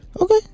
Okay